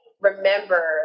remember